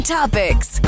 Topics